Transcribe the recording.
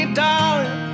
darling